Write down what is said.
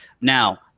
Now